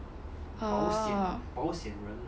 oh